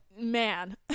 man